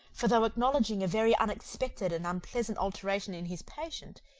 for though acknowledging a very unexpected and unpleasant alteration in his patient,